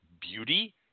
beauty